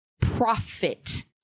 profit